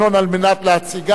כדי להציגה.